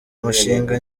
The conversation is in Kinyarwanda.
umushinga